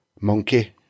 monkey